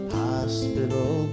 hospital